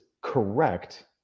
correct